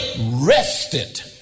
rested